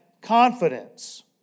confidence